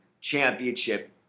Championship